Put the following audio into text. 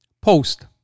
Post